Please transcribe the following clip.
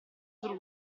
sul